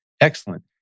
Excellent